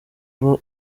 uba